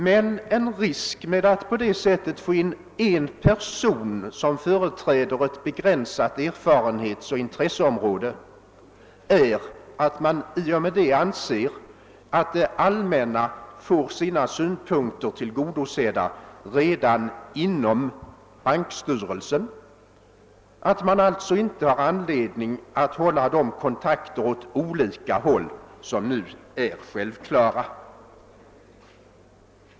Men en risk med att på det sättet få in en person i styrelsen som företräder ett begränsat erfarenhetsoch intresseområde är att man i och med detta anser att det allmänna får sina synpunkter tillgodosedda redan inom bankstyrelsen och att man alltså inte finner anledning att hålla de kontakter åt olika håll som nu är självklara.